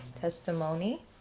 testimony